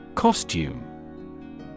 Costume